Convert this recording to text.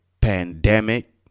pandemic